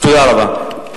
תודה רבה.